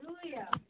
Hallelujah